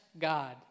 God